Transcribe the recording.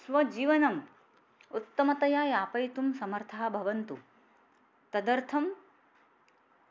स्वजीवनम् उत्तमतया यापयितुं समर्थाः भवन्तु तदर्थं